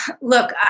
look